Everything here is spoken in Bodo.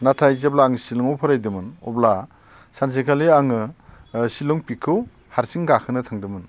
नाथाय जेब्ला आं शिलंआव फरायदोंमोन अब्ला सानसेखालि आङो शिलं पिकखौ हारसिं गाखोनो थांदोंमोन